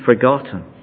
forgotten